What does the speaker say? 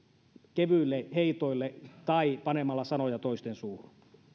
kevyille heitoille tai panemalla sanoja toisten suuhun